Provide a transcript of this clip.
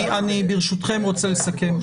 ברשותכם אני רוצה לסכם.